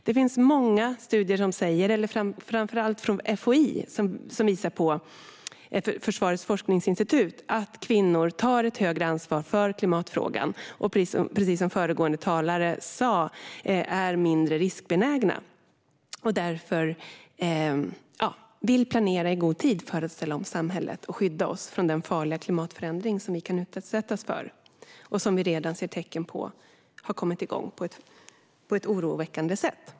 Det finns många studier, framför allt från FOI, Totalförsvarets forskningsinstitut, som visar att kvinnor tar ett större ansvar för klimatfrågan och, precis som föregående talare sa, är mindre riskbenägna och därför vill planera i god tid för att ställa om samhället och skydda oss från den farliga klimatförändring som vi kan utsättas för och som vi redan ser tecken på har kommit igång på ett oroväckande sätt.